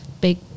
big